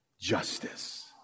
justice